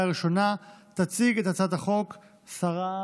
הראשונה ותועבר להמשך דיון בוועדת החוקה,